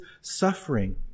suffering